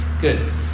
good